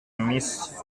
miss